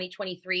2023